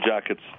Jackets